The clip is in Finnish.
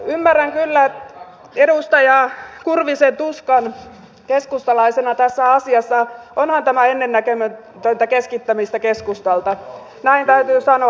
ymmärrän kyllä edustaja kurvisen tuskan keskustalaisena tässä asiassa onhan tämä ennennäkemätöntä keskittämistä keskustalta näin täytyy sanoa